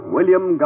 William